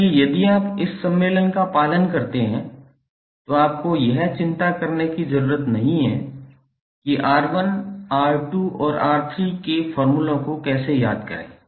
इसलिए यदि आप इस सम्मेलन का पालन करते हैं तो आपको यह चिंता करने की ज़रूरत नहीं है कि R1 R2 और R3 के फ़ार्मुलों को कैसे याद किया जाए